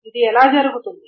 ఇది ఎలా జరుగుతుంది